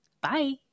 Bye